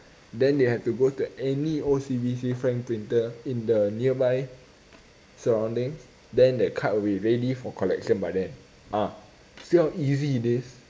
then they have to go to any O_C_B_C frank printer in the nearby surroundings then that card will be ready for collection by then ah see how easy it is